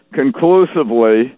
conclusively